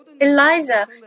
Eliza